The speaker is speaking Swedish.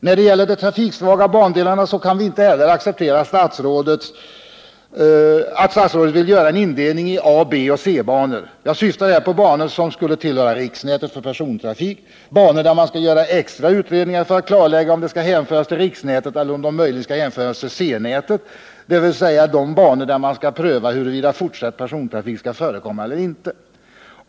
När det gäller de trafiksvaga bandelarna så kan vi inte acceptera att statsrådet vill göra en indelning i A-, B och C-banor. Jag syftar här på banor som skulle tillhöra riksnätet för persontrafik, banor om vilka man skulle göra extra utredningar för att klarlägga om de skulle hänföras till riksnätet eller om de möjligen skulle hänföras till C-banorna, dvs. de banor där man skall pröva huruvida fortsatt persontrafik skall förekomma eller inte.